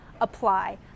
apply